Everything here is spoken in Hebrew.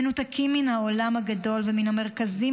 מנותקים מן העולם הגדול ומן המרכזים